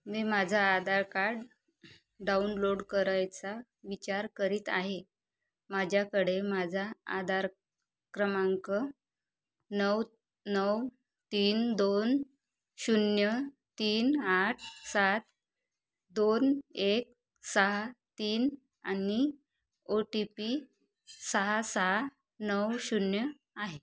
मी माझा Aadhaar card download करायचा विचार करीत आहे माझ्याकडे माझा आधार क्रमांक नऊ नऊ तीन दोन शून्य तीन आठ सात दोन एक सहा तीन आणि ओ टी पी सहा सहा नऊ शून्य आहे